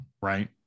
Right